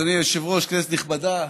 אדוני היושב-ראש, כנסת נכבדה,